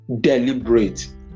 deliberate